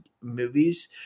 movies